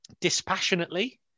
dispassionately